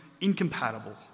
incompatible